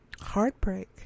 Heartbreak